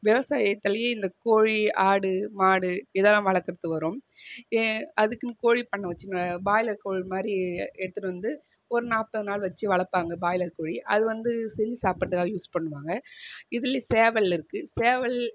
விவசாயத்துலேயே இந்த கோழி ஆடு மாடு இதெல்லாம் வளர்க்கறதுக்கு வரும் அதுக்குன்னு கோழிப் பண்ணை வச்சு வ பிராய்லர் கோழி மாதிரி எடுத்துட்டு வந்து ஒரு நாற்பது நாள் வச்சு வளர்ப்பாங்க பிராய்லர் கோழி அது வந்து செஞ்சு சாப்பிடுறதுக்காக யூஸ் பண்ணுவாங்க இதுலேயே சேவல் இருக்குது சேவல்